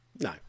No